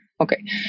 Okay